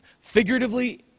figuratively